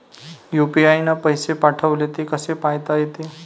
UPI न पैसे पाठवले, ते कसे पायता येते?